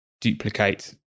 duplicate